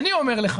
אני אומר לך